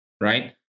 right